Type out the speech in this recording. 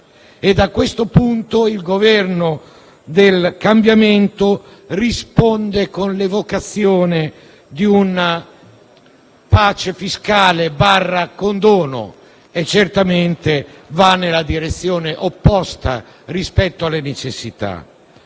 sull'IVA, cui il Governo del cambiamento risponde con l'evocazione di una pace fiscale/condono e certamente va nella direzione opposta rispetto alle necessità.